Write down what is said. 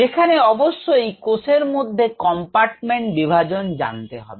যেখানে অবশ্যই কোষের মধ্যে কম্পার্টমেন্ট বিভাজন জানতে হবে